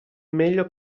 meglio